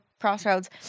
crossroads